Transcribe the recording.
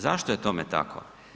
Zašto je tome tako?